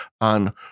on